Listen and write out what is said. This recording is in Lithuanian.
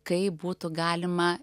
kaip būtų galima